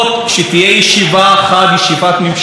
שתעלה את הנושא הזה לכמה דקות,